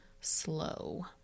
slow